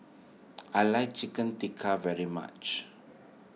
I like Chicken Tikka very much